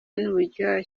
n’uburyohe